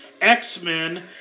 X-Men